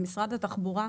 למשרד התחבורה.